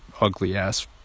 ugly-ass